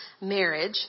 marriage